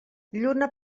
lluna